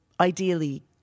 ideally